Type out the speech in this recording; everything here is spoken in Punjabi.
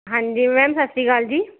ਹਾਂਜੀ ਮੈਮ ਸਤਿ ਸ਼੍ਰੀ ਅਕਾਲ ਜੀ